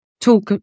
talk